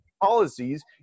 policies